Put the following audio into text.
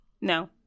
No